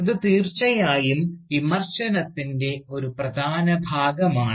ഇത് തീർച്ചയായും വിമർശനത്തിൻറെ ഒരു പ്രധാന ഭാഗമാണ്